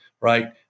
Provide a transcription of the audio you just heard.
right